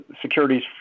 securities